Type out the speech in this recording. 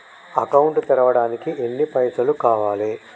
Account తెరవడానికి ఎన్ని పైసల్ కావాలే?